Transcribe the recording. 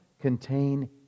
contain